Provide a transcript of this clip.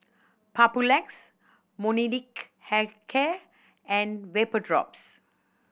Papulex Molnylcke Health Care and Vapodrops